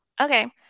Okay